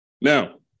Now